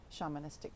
shamanistic